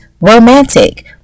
romantic